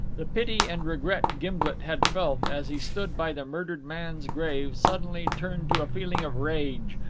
the pity and regret gimblet had felt, as he stood by the murdered man's grave, suddenly turned to a feeling of rage,